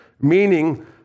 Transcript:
Meaning